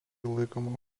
laikoma